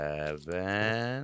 Seven